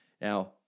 Now